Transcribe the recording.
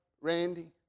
Randy